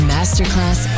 Masterclass